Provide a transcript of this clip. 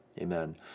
Amen